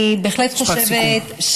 אני בהחלט חושבת, משפט סיכום.